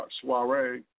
Soiree